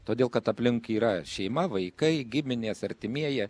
todėl kad aplink yra šeima vaikai giminės artimieji